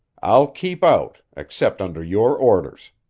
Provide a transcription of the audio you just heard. i'll keep out, except under your orders.